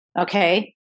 Okay